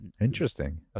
Interesting